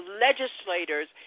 legislators